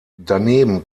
daneben